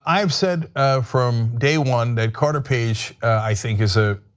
i have said from day one that carter page, i think is a